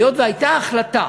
היות שהייתה החלטה